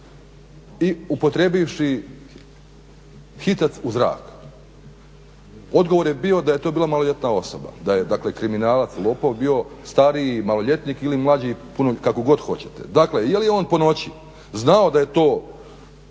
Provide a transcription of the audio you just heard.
i upotrijebivši hitac u zrak. Odgovor je bio da je to bila maloljetna osoba, da je dakle kriminalac, lopov bio stariji maloljetnik ili mlađi kako god hoćete. Dakle, je li on ponoći znao da je to